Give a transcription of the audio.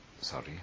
Sorry